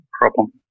problem